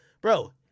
bro